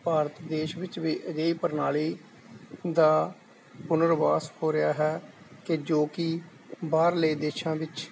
ਭਾਰਤ ਦੇਸ਼ ਵਿੱਚ ਵੀ ਅਜਿਹੀ ਪ੍ਰਣਾਲੀ ਦਾ ਪੁਨਰਵਾਸ ਹੋ ਰਿਹਾ ਹੈ ਕਿ ਜੋ ਕਿ ਬਾਹਰਲੇ ਦੇਸ਼ਾਂ ਵਿੱਚ